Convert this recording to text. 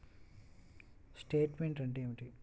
Statement అంటే ఏమిటి?